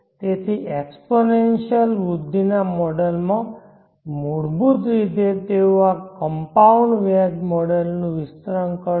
તેથી એક્સપોનેન્શીઅલ વૃદ્ધિના મોડેલ માં મૂળભૂત રીતે તેઓ આ કમ્પાઉન્ડ વ્યાજ મોડેલનું વિસ્તરણ કરશે